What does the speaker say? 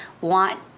want –